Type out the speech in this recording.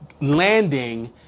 landing